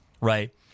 right